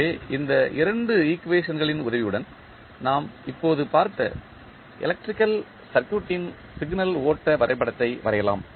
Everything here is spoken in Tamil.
எனவே இந்த இரண்டு ஈக்குவேஷன்களின் உதவியுடன் நாம் இப்போது பார்த்த எலக்ட்ரிக்கல் சர்க்யூட் ன் சிக்னல் ஓட்ட வரைபடத்தை வரையலாம்